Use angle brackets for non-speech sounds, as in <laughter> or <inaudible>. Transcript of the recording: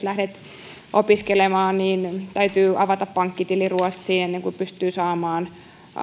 <unintelligible> lähtevät opiskelemaan täytyy avata pankkitili esimerkiksi ruotsiin ennen kuin pystyy saamaan